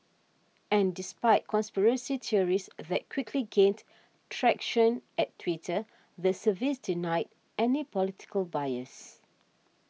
and despite conspiracy theories that quickly gained traction at Twitter the service denied any political bias